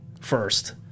First